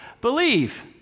believe